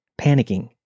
panicking